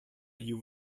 you